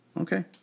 Okay